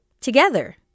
together